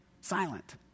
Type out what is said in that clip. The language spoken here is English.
silent